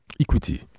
equity